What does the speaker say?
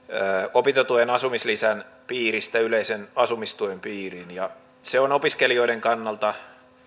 opintotuen asumislisän piiristä yleisen asumistuen piiriin se on opiskelijoiden kannalta